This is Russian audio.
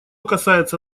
касается